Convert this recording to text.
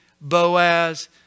Boaz